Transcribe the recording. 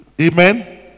Amen